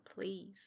please